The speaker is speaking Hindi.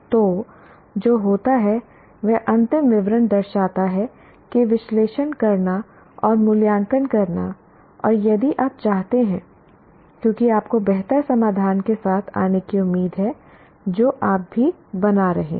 तो जो होता है वह अंतिम विवरण दर्शाता है कि विश्लेषण करना और मूल्यांकन करना और यदि आप चाहते हैं क्योंकि आपको बेहतर समाधान के साथ आने की उम्मीद है जो आप भी बना रहे हैं